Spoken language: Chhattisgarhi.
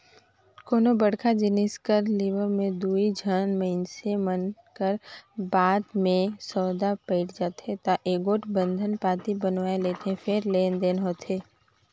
कोनो बड़का जिनिस कर लेवब म दूनो झन मइनसे मन कर बात में सउदा पइट जाथे ता एगोट बंधन पाती बनवाए लेथें फेर लेन देन होथे